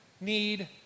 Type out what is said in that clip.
need